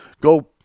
go